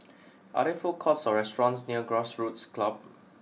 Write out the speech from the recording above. are there food courts or restaurants near Grassroots Club